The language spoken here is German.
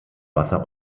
wasser